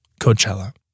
Coachella